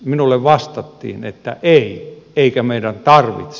minulle vastattiin että ei eikä meidän tarvitse